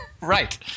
right